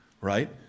right